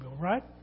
right